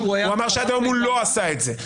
הוא אמר שעד היום הוא לא עשה את זה.